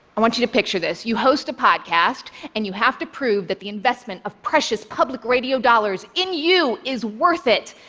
i want you to picture this you host a podcast, and you have to prove that the investment of precious public radio dollars in you is worth it.